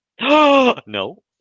No